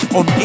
on